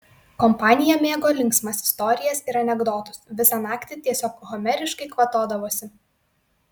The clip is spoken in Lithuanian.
kompanija mėgo linksmas istorijas ir anekdotus visą naktį tiesiog homeriškai kvatodavosi